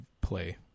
play